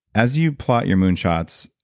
as you plot your moonshots,